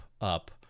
up